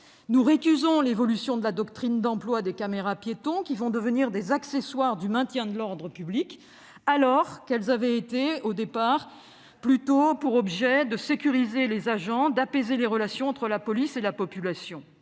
Nous récusons l'évolution de la doctrine d'emploi des caméras-piétons, qui vont devenir des accessoires du maintien de l'ordre public alors qu'elles avaient plutôt pour objet initial de sécuriser les agents ou d'apaiser les relations entre la police et la population.